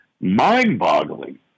mind-boggling